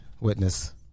witness